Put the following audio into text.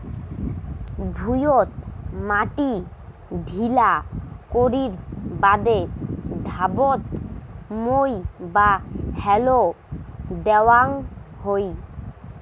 ভুঁইয়ত মাটি ঢিলা করির বাদে ধাতব মই বা হ্যারো দ্যাওয়াং হই